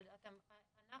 רגע,